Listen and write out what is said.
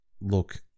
look